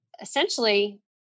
essentially